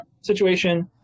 situation